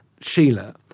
Sheila